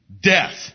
Death